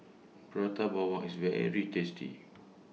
Prata Bawang IS very tasty